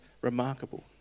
remarkable